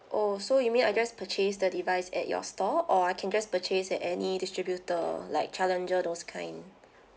oh so you mean I just purchase the device at your store or I can just purchase at any distributor like challenger those kind